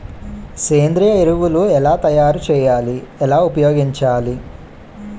సేంద్రీయ ఎరువులు ఎలా తయారు చేయాలి? ఎలా ఉపయోగించాలీ?